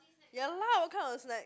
ya lah what kind of snack